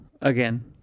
again